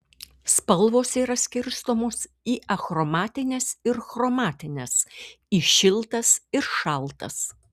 spalvos yra skirstomos į achromatines ir chromatines į šiltas ir šaltas